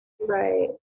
Right